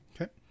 Okay